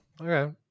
Okay